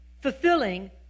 fulfilling